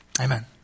Amen